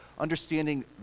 understanding